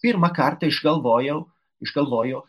pirmą kartą išgalvojau išgalvojo